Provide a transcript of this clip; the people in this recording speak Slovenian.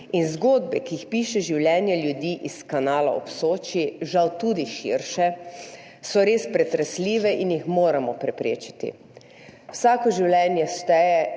Zgodbe, ki jih piše življenje ljudi iz Kanala ob Soči, žal tudi širše, so res pretresljive in jih moramo preprečiti. Vsako življenje šteje